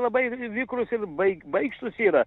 labai vikrūs ir bai baikštūs yra